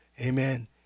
Amen